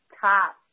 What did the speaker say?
top